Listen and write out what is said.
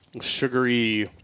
Sugary